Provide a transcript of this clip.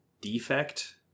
defect